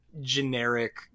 generic